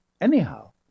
Anyhow